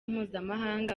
mpuzamahanga